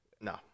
No